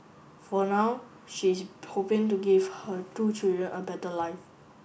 for now she is hoping to give her two children a better life